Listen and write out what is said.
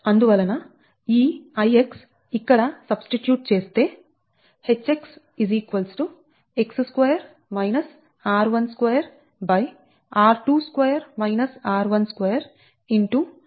అందువలన ఈ Ix ఇక్కడ సబ్స్టిట్యూట్ చేస్తే Hx